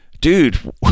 Dude